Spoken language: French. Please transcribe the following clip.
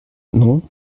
non